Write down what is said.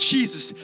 Jesus